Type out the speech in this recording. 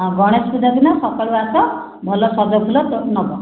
ହଁ ଗଣେଷ ପୂଜା ଦିନ ସକାଳୁ ଆସ ଭଲ ସଜ ଫୁଲ ତ ନେବ